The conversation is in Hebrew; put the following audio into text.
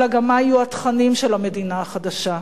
אלא גם מה יהיו התכנים של המדינה החדשה.